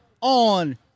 on